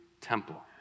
temple